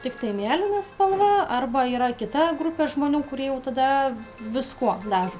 tiktai mėlyna spalva arba yra kita grupė žmonių kurie jau tada viskuo dažo